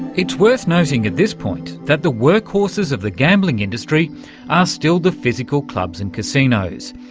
it's worth noting at this point that the workhorses of the gambling industry are still the physical clubs and casinos.